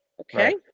Okay